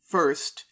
First